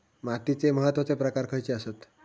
मातीचे महत्वाचे प्रकार खयचे आसत?